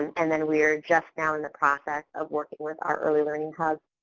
and then we are just now in the process of working with our early learning hubs,